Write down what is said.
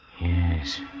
Yes